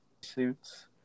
suits